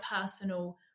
personal